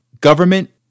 government